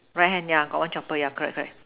right hand yeah got one chopper correct correct